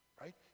right